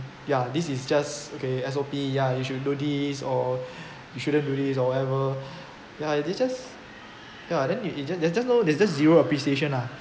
ya this is just okay S_O_P ya you should do this or you shouldn't do this or whatever ya they just ya then you jus~ jus~ just there's just no there's just zero appreciation lah